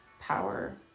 power